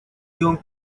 young